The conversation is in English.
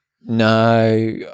no